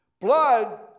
Blood